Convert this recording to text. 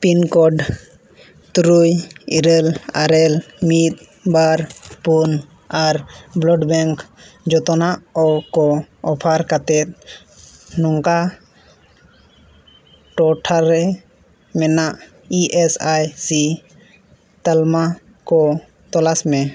pin code ᱛᱩᱨᱩᱭ ᱤᱨᱟᱹᱞ ᱟᱨᱮ ᱢᱤᱫ ᱵᱟᱨ ᱯᱩᱱ ᱟᱨ ᱵᱞᱟᱰ ᱵᱮᱝᱠ ᱡᱚᱛᱱᱟᱜ ᱚ ᱠᱚ ᱚᱯᱷᱟᱨ ᱠᱟᱛᱮᱫ ᱱᱚᱝᱠᱟ ᱴᱚᱴᱷᱟ ᱨᱮ ᱢᱮᱱᱟᱜ ᱤ ᱮᱥ ᱟᱭ ᱥᱤ ᱛᱟᱞᱢᱟ ᱠᱚ ᱛᱚᱞᱟᱥ ᱢᱮ